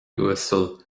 uasal